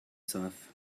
surf